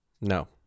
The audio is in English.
No